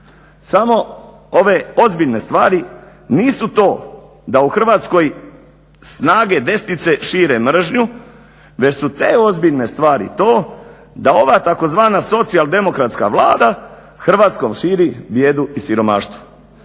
Samo ove ozbiljne stvari nisu to da u Hrvatskoj snage desnice šire mržnju već su te ozbiljne stvari to da ova tzv. Socijaldemokratska Vlada Hrvatskom širi bijedu i siromaštvo.